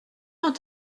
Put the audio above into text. dans